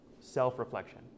self-reflection